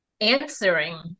answering